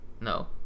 no